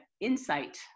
insight